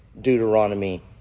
Deuteronomy